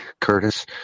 Curtis